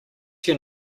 your